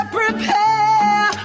prepare